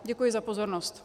Děkuji za pozornost.